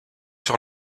sur